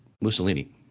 Mussolini